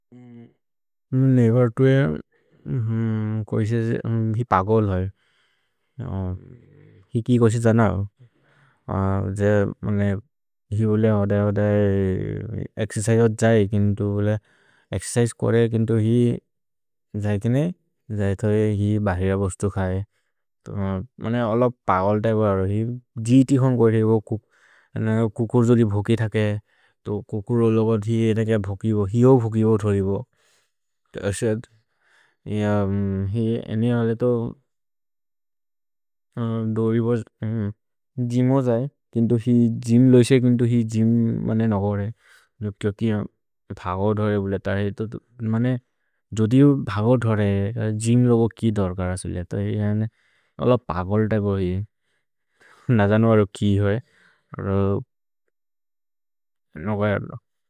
नेबर् तुये कोइसे जे हि पगोल् है। हि कि कोइसे जन हो। हि ओले होद होद एक्सेर्चिसे हो जै, एक्सेर्चिसे कोरे केन्तु हि जै केने, जै थोइ हि बहरेर बोस्तु खये। मने अल पगोल् त्य्पे वरो हि। जीति होन् कोइते हि बो। कुकुर् जोदि भोकि थके, तो कुकुर् लोगो धि, हिय भोकि थके बो। असद्, ये ने हले तो जिम् हो जै, केन्तु हि जिम् लोइसे, केन्तु हि जिम् मने नहोरे। क्योकि भगो धरे बोले। तरे तो, मने, जोदि भगो धरे, जिम् लोगो कि धर्क रसु ले, अल पगोल् त्य्पे वरो हि। न जनु वरो कि होइ। न जनु वरो।